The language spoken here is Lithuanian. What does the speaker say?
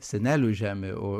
senelių žemė o